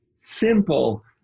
simple